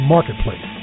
Marketplace